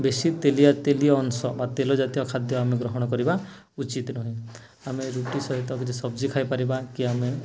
ବେଶୀ ତେଲିଆ ତେଲୀୟ ଅଂଶ ବା ତେଲ ଜାତୀୟ ଖାଦ୍ୟ ଆମେ ଗ୍ରହଣ କରିବା ଉଚିତ ନୁହେଁ ଆମେ ରୁଟି ସହିତ କିଛି ସବ୍ଜି ଖାଇପାରିବା କି ଆମେ